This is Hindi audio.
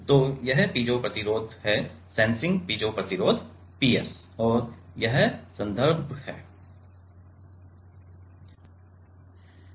तो यह पीजो प्रतिरोध है सेंसिंग पीजो प्रतिरोध P s और यह संदर्भ है